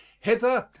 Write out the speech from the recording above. hither,